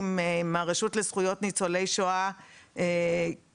מהרשות לזכויות ניצולי שואה כהכנסה,